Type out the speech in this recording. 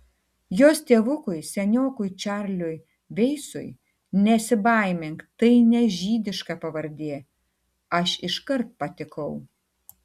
jos tėvukui seniokui čarliui veisui nesibaimink tai ne žydiška pavardė aš iškart patikau